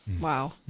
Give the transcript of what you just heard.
Wow